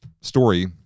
story